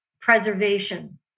preservation